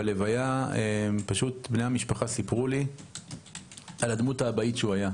בלוויה בני המשפחה סיפרו על הדמות האבהית שהוא היה.